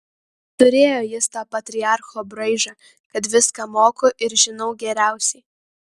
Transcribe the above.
turėjo jis tą patriarcho braižą kad viską moku ir žinau geriausiai